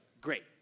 great